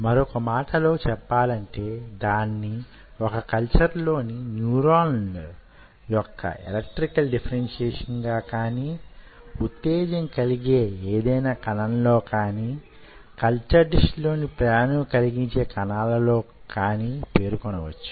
మరొక మాటలో చెప్పాలంటే దాన్ని వొక కల్చర్ లోని న్యూరాన్ల యొక్క ఎలక్ట్రికల్ డిఫరెన్షియేషన్ గా కాని ఉత్తేజం కలిగే ఏదైనా కణం లో కాని కల్చర్ డిష్ లోని ప్రేరణ ను కలిగించే కణాల లో కాని పేర్కొనవచ్చు